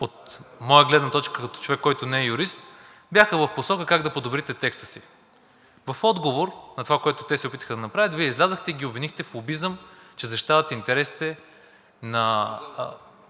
от моя гледна точка, като човек, който не е юрист, бяха в посока как да подобрите текста си. В отговор на това, което те се опитаха да направят, Вие излязохте и ги обвинихте в лобизъм… ПЕТЪР ПЕТРОВ